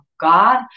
God